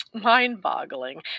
mind-boggling